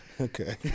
Okay